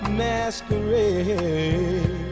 masquerade